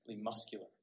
muscular